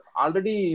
already